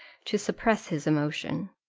to suppress his emotion.